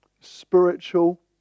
spiritual